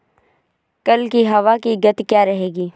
कल की हवा की गति क्या रहेगी?